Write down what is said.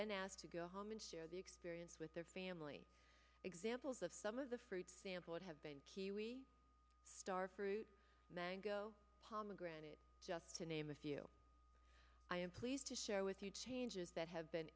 then ask to go home and share the experience with their family examples of some of the fruits sampled have been star fruit mango pomegranate just to name a few i am pleased to share with you changes that have been